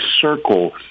circle